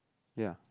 ya